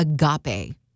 agape